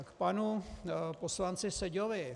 K panu poslanci Seďovi.